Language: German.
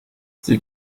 sie